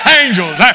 angels